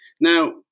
Now